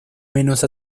menos